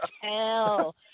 hell